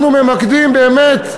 אנחנו ממקדים באמת,